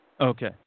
Okay